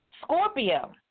Scorpio